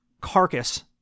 carcass